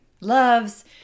loves